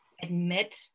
admit